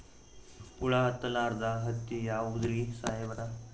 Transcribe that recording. ಹುಳ ಹತ್ತಲಾರ್ದ ಹತ್ತಿ ಯಾವುದ್ರಿ ಸಾಹೇಬರ?